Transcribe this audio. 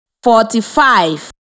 Forty-five